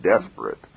desperate